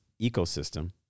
ecosystem